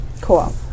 cool